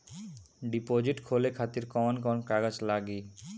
Deposit खोले खातिर कौन कौन कागज लागी?